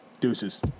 Deuces